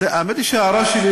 היא שההערה שלי,